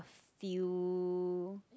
few